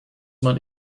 man